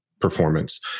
performance